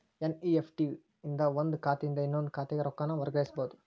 NEFT ಇಂದ ಒಂದ್ ಖಾತೆಯಿಂದ ಇನ್ನೊಂದ್ ಖಾತೆಗ ರೊಕ್ಕಾನ ವರ್ಗಾಯಿಸಬೋದು